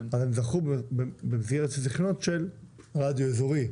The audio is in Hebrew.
אז הם זכו בזיכיונות של רדיו אזורי.